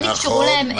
כן אפשרו להם -- נכון,